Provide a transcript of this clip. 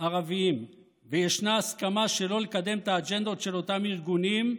ערבים וישנה הסכמה שלא לקדם את האג'נדות של אותם ארגונים,